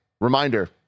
reminder